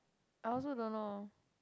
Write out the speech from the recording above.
I also don't know